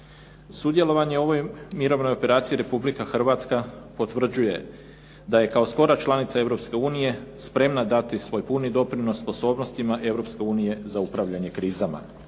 Sudjelovanjem u ovoj mirovnoj operaciji Republika Hrvatska potvrđuje da je kao skora članica Europske unije spremna dati svoj puni doprinos sposobnostima Europske unije za upravljanje krizama.